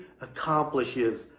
accomplishes